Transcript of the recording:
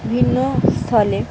ভিন্ন স্থলে